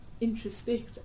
introspect